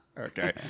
Okay